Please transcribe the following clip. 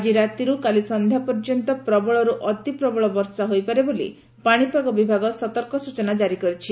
ଆଜି ରାତିରୁ କାଲି ସଂଧ୍ଧା ପର୍ଯ୍ୟନ୍ତ ପ୍ରବଳରୁ ଅତିପ୍ରବଳ ବର୍ଷା ହୋଇପାରେ ବୋଲି ପାଶିପାଗ ବିଭାଗ ସତର୍କ ସ୍ରଚନା ଜାରି କରିଛି